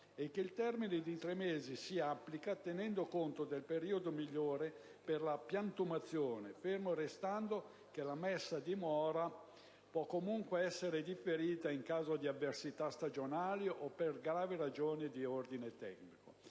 e che il termine di tre mesi si applica tenendo conto del periodo migliore per la piantumazione, fermo restando che la messa a dimora può comunque essere differita in caso di avversità stagionali o per gravi ragioni di ordine tecnico.